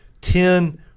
ten